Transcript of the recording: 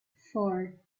four